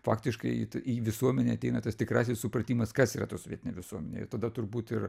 faktiškai į ti į visuomenę ateina tas tikrasis supratimas kas yra ta sovietinė visuomenė ir tada turbūt ir